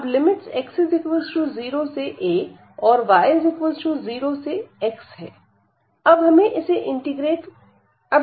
अब limits x0 से a और y 0 से x है